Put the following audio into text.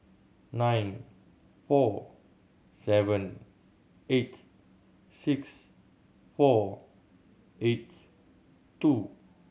nine four seven eight six four eight two